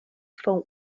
swą